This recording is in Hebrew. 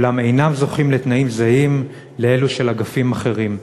אולם אינם זוכים לתנאים זהים לאלו של עובדי אגפים אחרים.